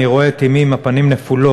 אני רואה את אמי עם פנים נפולות,